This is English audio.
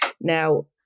Now